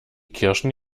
kirschen